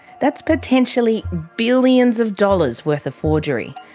that's potentially billions of dollars worth of forgery.